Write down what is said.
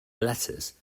lettuce